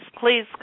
please